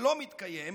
שלא מתקיים,